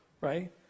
right